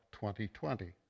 2020